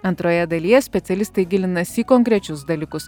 antroje dalyje specialistai gilinasi į konkrečius dalykus